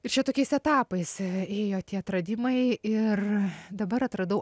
ir čia tokiais etapais ėjo tie atradimai ir dabar atradau